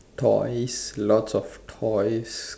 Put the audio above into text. toys lots of toys